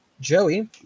Joey